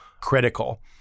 critical